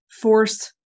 force